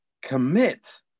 commit